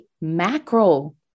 mackerel